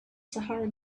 sahara